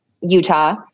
Utah